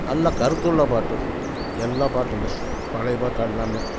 நல்ல கருத்துள்ள பாட்டு எல்லாம் பாட்டும் பழைய பாட்டு எல்லாம்